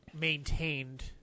maintained